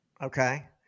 Okay